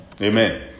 Amen